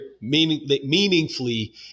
Meaningfully